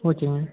ஓகேங்க